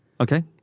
Okay